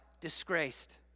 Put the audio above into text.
disgraced